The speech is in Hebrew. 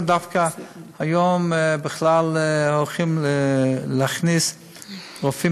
אנחנו דווקא היום הולכים להכניס רופאים